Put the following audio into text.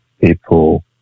people